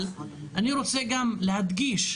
אבל אני רוצה גם להדגיש,